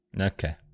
Okay